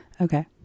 Okay